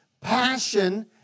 passion